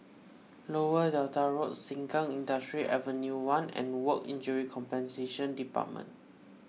Lower Delta Road Sengkang Industrial Avenue one and Work Injury Compensation Department